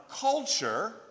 culture